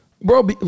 bro